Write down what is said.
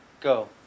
Go